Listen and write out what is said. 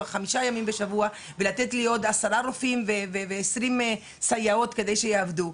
חמישה ימים בשבוע ולתת לי עוד עשרה רופאים ועשרים סייעות כדי שיעבדו,